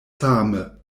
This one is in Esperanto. same